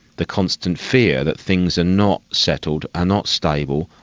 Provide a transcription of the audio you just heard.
the constant fear that things are not settled, are not stable,